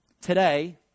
today